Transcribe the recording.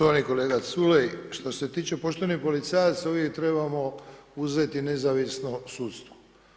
Štovani kolega Culej, što se tiče poštenih policajaca uvijek trebamo uzeti nezavisno sudstvo.